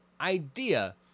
idea